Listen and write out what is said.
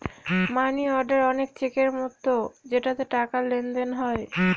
মানি order অনেক চেকের মতো যেটাতে টাকার লেনদেন হয়